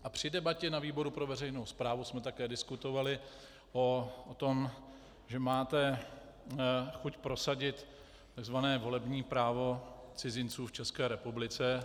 A při debatě na výboru pro veřejnou správu jsme taky diskutovali o tom, že máte chuť prosadit takzvané volební právo cizinců v České republice.